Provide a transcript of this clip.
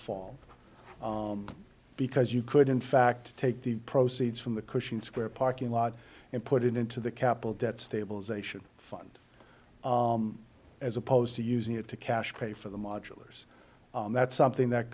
fall because you could in fact take the proceeds from the cushing square parking lot and put it into the capital debt stabilization fund as opposed to using it to cash pay for the modulars and that's something that